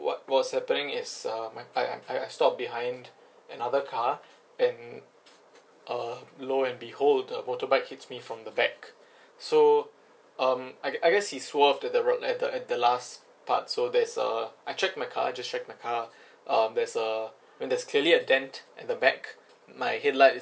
what was happening is uh my I I I stopped behind another car and uh low and behold a motorbike hits me from the back so um I I guess he swerved at the road at the at the last part so there's uh I checked my car I just checked my car um there's uh and there's clearly a dent at the back my headlight is